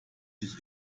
sich